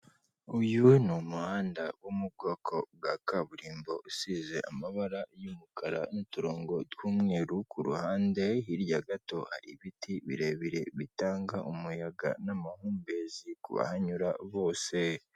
Uyu ni umuhanda wo mu bwoko bwa kaburimbo, usize amabara y'umukara n'uturongo tw'umweru, kuruhande hirya gato ibiti birebire, bitanga umuyaga n'amahumbezi kubahanyura bose.